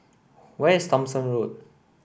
where is Thomson Road